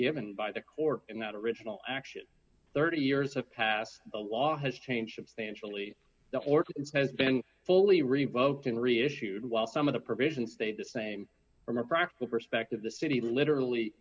given by the court in that original action thirty years have passed the law has changed substantially the horse has been fully revoked and reissued while some of the provisions stayed the same from a practical perspective the city literally